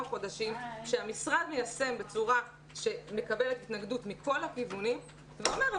חודשים שבו המשרד מיישם בצורה שמקבלת התנגדות מכל הכיוונים ואומר,